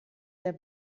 der